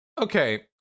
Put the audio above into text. Okay